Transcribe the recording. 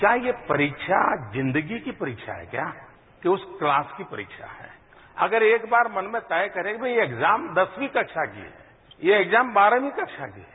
क्या ये परीक्षा जिंदगी की परीक्षा है क्या कि उस क्लास की परीक्षा है अगर एक बार मन में तय करें कि भई ये एग्जाम दसवीं कक्षा की है यह एग्जाम बाहरवीं कक्षा की है